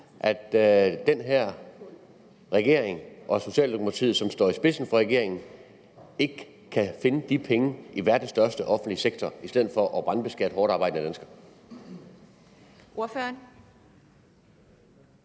at den her regering og Socialdemokratiet, som står i spidsen for regeringen, ikke kan finde de penge i verdens største offentlige sektor i stedet for at brandbeskatte hårdtarbejdende danskere?